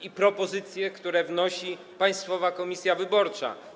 Są to propozycje, które wnosi Państwowa Komisja Wyborcza.